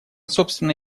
собственно